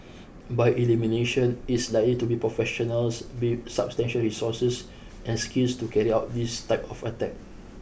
by elimination it's likely to be professionals with substantial resources and skills to carry out this type of attack